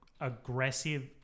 aggressive